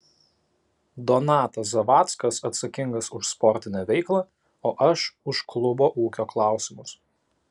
donatas zavackas atsakingas už sportinę veiklą o aš už klubo ūkio klausimus